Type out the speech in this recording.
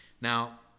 Now